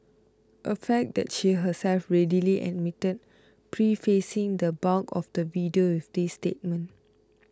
a fact that she herself readily admitted prefacing the bulk of the video with this statement